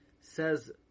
says